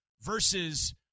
versus